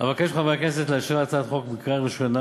אבקש מחברי הכנסת לאשר את הצעת החוק בקריאה ראשונה.